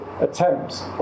attempts